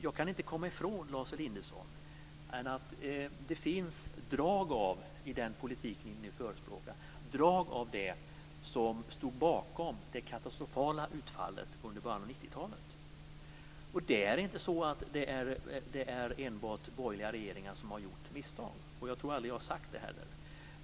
Jag kan inte komma i från, Lars Elinderson, att det finns drag i den politik som ni nu förespråkar av det som stod bakom det katastrofala utfallet under början av 90-talet. Det är inte enbart borgerliga regeringar som har gjort misstag. Jag tror aldrig att jag har sagt det heller.